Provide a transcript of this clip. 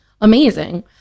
Amazing